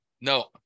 No